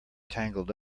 tangled